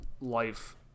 life